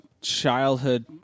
childhood